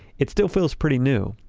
it still feels pretty new,